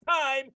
time